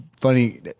Funny